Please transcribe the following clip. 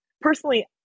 personally